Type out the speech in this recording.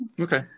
okay